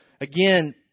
again